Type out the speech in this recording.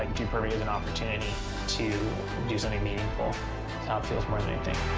and dude perfect is an opportunity to do something meaningful. that's how it feels more than anything.